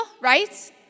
right